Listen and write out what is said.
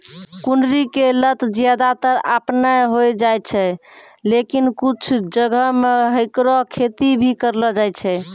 कुनरी के लत ज्यादातर आपनै होय जाय छै, लेकिन कुछ जगह मॅ हैकरो खेती भी करलो जाय छै